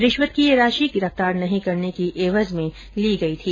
रिश्वत की ये राशि गिरफ्तार नहीं करने की एवज में ली गई थी